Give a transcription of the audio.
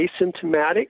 asymptomatic